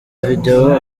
video